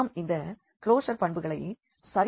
நாம் இந்த க்ளோஷர் பண்புகளை சரிபார்க்க வேண்டும்